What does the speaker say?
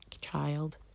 child